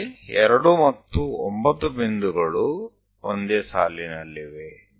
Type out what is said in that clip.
ಅಂತೆಯೇ 2 ಮತ್ತು 9 ಬಿಂದುಗಳು ಒಂದೇ ಸಾಲಿನಲ್ಲಿವೆ